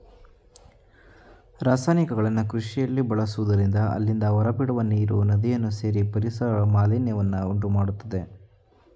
ರಾಸಾಯನಿಕಗಳನ್ನು ಕೃಷಿಯಲ್ಲಿ ಬಳಸುವುದರಿಂದ ಅಲ್ಲಿಂದ ಹೊರಬಿಡುವ ನೀರು ನದಿಯನ್ನು ಸೇರಿ ಪರಿಸರ ಮಾಲಿನ್ಯವನ್ನು ಉಂಟುಮಾಡತ್ತದೆ